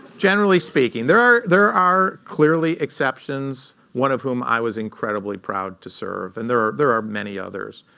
generally speaking. there are there are clearly exceptions, one of whom i was incredibly proud to serve, and there are there are many others.